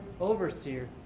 overseer